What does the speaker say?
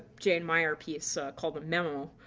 jane mayer piece called the memo,